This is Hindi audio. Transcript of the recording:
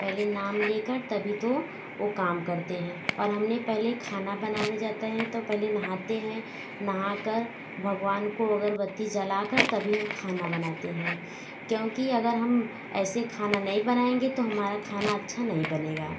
पहले नाम लेकर तभी तो वो कम करते है और हमने पहले खाना बनाया जाता है तो पहले नहाते है नहा कर भगवान को अगरबत्ती जला कर तभी खाना बनाते है क्योंकि अगर हम ऐसे खाना नहीं बनाएंगे तो हमारा खाना अच्छा नहीं बनेगा